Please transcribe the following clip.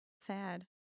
Sad